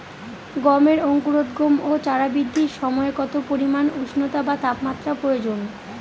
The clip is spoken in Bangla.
গমের অঙ্কুরোদগম ও চারা বৃদ্ধির সময় কত পরিমান উষ্ণতা বা তাপমাত্রা প্রয়োজন?